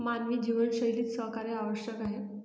मानवी जीवनशैलीत सहकार्य आवश्यक आहे